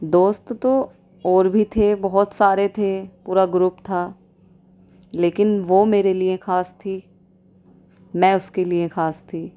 دوست تو اور بھی تھے بہت سارے تھے پورا گروپ تھا لیکن وہ میرے لیے خاص تھی میں اس کے لیے خاص تھی